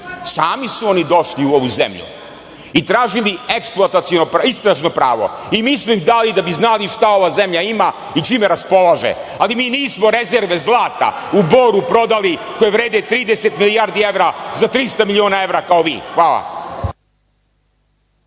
Sami su oni došli u ovu zemlju i tražili istražno pravo i mi smo im dali da bi znali šta ova zemlja ima i čime raspolaže, ali mi nismo rezerve zlata u Boru prodali, koje vrede 30 milijardi evra, za 300 miliona evra kao vi. Hvala.